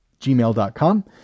gmail.com